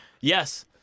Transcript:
Yes